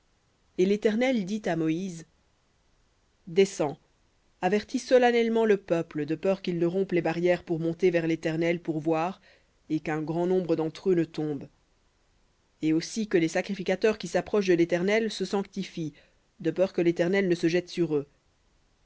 et l'éternel dit à moïse descends avertis solennellement le peuple de peur qu'ils ne rompent les barrières pour monter vers l'éternel pour voir et qu'un grand nombre d'entre eux ne tombe et aussi que les sacrificateurs qui s'approchent de l'éternel se sanctifient de peur que l'éternel ne se jette sur eux